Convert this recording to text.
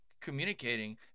communicating